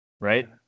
Right